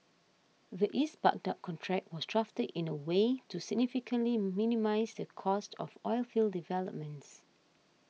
the East Baghdad contract was drafted in a way to significantly minimise the cost of oilfield developments